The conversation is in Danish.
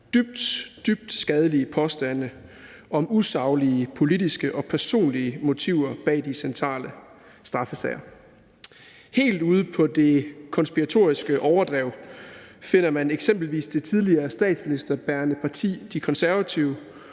dybt skadelige påstande om usaglige politiske og personlige motiver bag de centrale straffesager. Helt ude på det konspiratoriske overdrev finder man eksempelvis det tidligere statsministerbærende parti Det Konservative